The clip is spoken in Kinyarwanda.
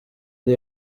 ari